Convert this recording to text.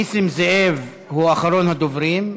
נסים זאב הוא אחרון הדוברים,